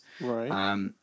Right